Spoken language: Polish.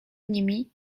nimi